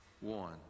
One